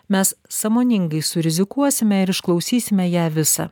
mes sąmoningai surizikuosime ir išklausysime ją visą